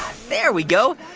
there we go.